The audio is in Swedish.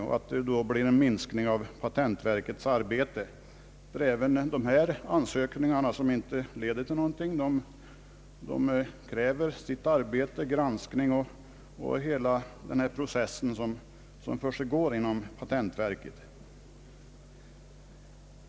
Därav skulle följa en minskning av patentverkets arbete, ty även de ansökningar som inte leder till någonting kräver sitt arbete, granskning och hela den process som försiggår inom patentverket.